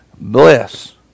bless